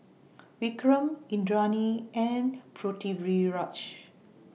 Vikram Indranee and Pritiviraj